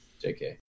JK